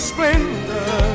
Splendor